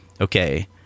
okay